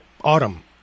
autumn